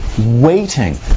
waiting